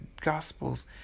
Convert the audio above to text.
Gospels